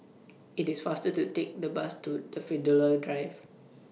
IT IS faster to Take The Bus to Daffodil Drive